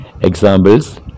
Examples